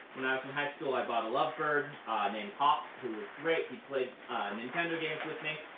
when i was in high school i bought a lovebird named hawk who was great. he played nintendo games with me,